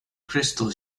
crystal